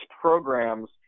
programs